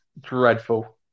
dreadful